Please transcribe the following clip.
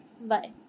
bye